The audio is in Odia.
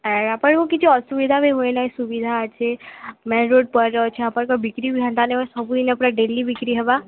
ଏ ଆପଣଙ୍କୁ କିଛି ଅସୁବିଧା ବି ହୁଏ ନାହିଁ ସୁବିଧା ଅଛି ମେନ୍ ରୋଡ଼୍ ପର ବିକ୍ରି ବି ହେନ୍ତା ତାହାଲେ ସବୁଦିନେ ପୁରା ଡେଲି ବିକ୍ରି ହେବା